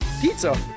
Pizza